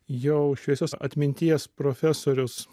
jau šviesios atminties profesorius